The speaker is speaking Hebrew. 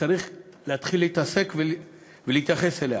וצריך להתחיל להתעסק ולהתייחס אליה.